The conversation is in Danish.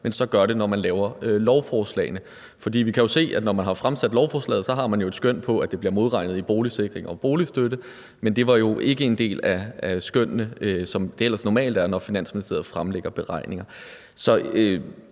men gør det, når man laver lovforslagene. For vi kan jo se, at man ved fremsættelsen af lovforslaget har foretaget et skøn på modregningen i boligsikring og boligstøtte, men det var jo ikke en del af skønnet, som det normalt er, når Finansministeriet fremlægger beregninger. Jeg